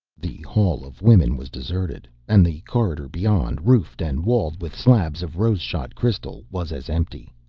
the hall of women was deserted. and the corridor beyond, roofed and walled with slabs of rose-shot crystal, was as empty.